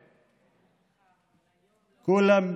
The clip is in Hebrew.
כולם,